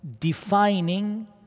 defining